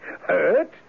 hurt